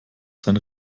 sein